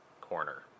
Corner